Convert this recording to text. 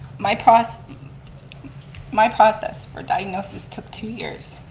my process my process for diagnosis took two years,